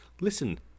Listen